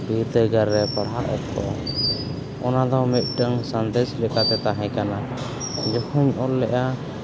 ᱵᱤᱨᱫᱟᱹᱜᱟᱲ ᱨᱮ ᱯᱟᱲᱦᱟᱜ ᱚᱠᱛᱚ ᱚᱱᱟ ᱫᱚ ᱢᱤᱫᱴᱟᱱ ᱥᱟᱸᱫᱮᱹᱥ ᱞᱮᱠᱟᱛᱮ ᱛᱟᱦᱮᱸ ᱠᱟᱱᱟ ᱩᱱ ᱡᱚᱠᱷᱚᱱᱤᱧ ᱚᱞ ᱞᱮᱫᱟ